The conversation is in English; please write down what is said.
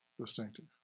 distinctive